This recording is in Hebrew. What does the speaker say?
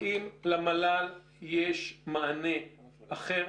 האם למל"ל יש מענה אחר?